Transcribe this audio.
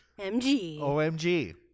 OMG